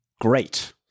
great